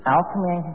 Alchemy